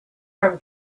from